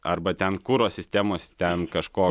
arba ten kuro sistemos ten kažko